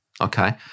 okay